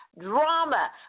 drama